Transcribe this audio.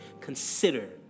consider